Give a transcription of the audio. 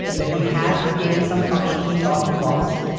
that he has regained some function he thought he'd lost.